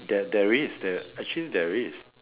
there there is there actually there is